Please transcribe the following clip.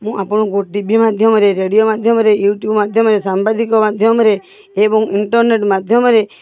ମୁଁ ଆପଣଙ୍କୁ T V ମାଧ୍ୟମରେ ରେଡ଼ିଓ ମାଧ୍ୟମରେ ୟୁଟ୍ୟୁବ ମାଧ୍ୟମରେ ସାମ୍ବାଦିକ ମାଧ୍ୟମରେ ଏବଂ ଇଣ୍ଟରନେଟ୍ ମାଧ୍ୟମରେ